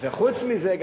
וחוץ מזה,